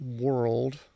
world